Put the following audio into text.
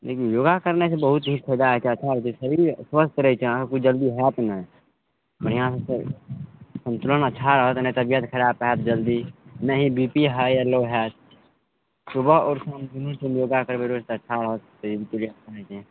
देखू योगा करनाइसँ बहुत ही फायदा है छै अच्छा रहय छै सरीर स्वस्थ रहय छै अहाँके किछु जल्दी हैत नहि बढ़िआँसँ सन्तुलन अच्छा रहत नहि तऽ तबियत खराब हैत जल्दी नहि ही बी पी हइ या लो हैत सुबह आओर साम दुनू समय योगा करबय रोज तऽ अच्छा रहत